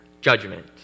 judgment